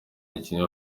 umukinnyi